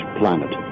planet